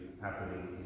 happening